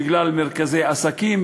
בגלל מרכזי עסקים,